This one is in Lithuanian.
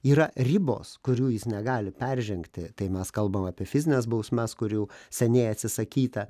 yra ribos kurių jis negali peržengti tai mes kalbam apie fizines bausmes kurių seniai atsisakyta